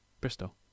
Bristol